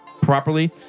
properly